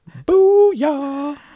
Booyah